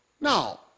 now